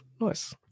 Nice